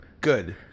Good